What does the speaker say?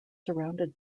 surrounded